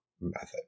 method